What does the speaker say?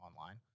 online